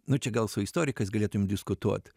nu čia gal su istorikais galėtumėm diskutuot